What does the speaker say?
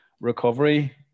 recovery